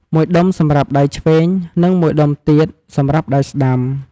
មួយដុំសម្រាប់ដៃឆ្វេង និងមួយដុំទៀតសម្រាប់ដៃស្តាំ។